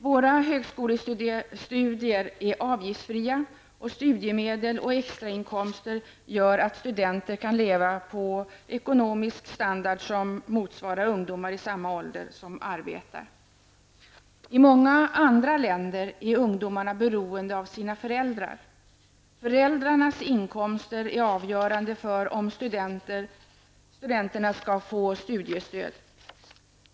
Våra högskolestudier är avgiftsfria, och studiemedel och extrainkomster gör att studenter kan leva på samma ekonomiska standard som ungdomar i samma ålder som arbetar. I många andra länder är ungdomarna beroende av sina föräldrar. Föräldrarnas inkomster är avgörande för om studenterna skall få studiestöd.